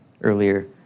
Earlier